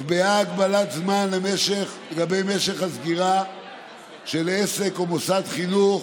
נקבעה הגבלת זמן לגבי משך הסגירה של עסק או מוסד חינוך